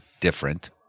different